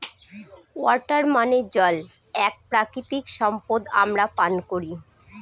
water মানে জল এক প্রাকৃতিক সম্পদ আমরা পান করি